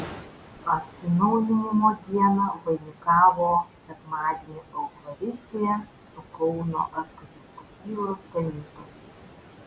atsinaujinimo dieną vainikavo sekmadienio eucharistija su kauno arkivyskupijos ganytojais